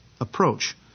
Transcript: approach